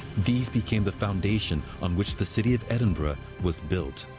these became the foundation on which the city of edinburgh was built.